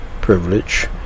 privilege